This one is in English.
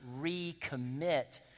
recommit